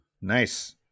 Nice